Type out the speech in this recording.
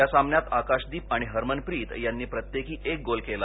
या सामन्यात आकाशदीप आणि हरमनप्रीत यांनी प्रत्येकी एक गोल केला